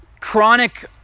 chronic